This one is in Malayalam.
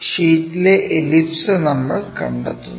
ഷീറ്റിലെ എലിപ്സ് നമ്മൾ കണ്ടെത്തുന്നു